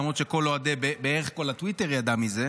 למרות שבערך כל הטוויטר ידע מזה.